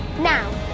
Now